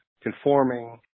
conforming